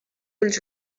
ulls